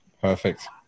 Perfect